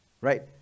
right